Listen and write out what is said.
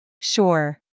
Sure